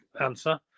answer